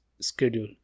schedule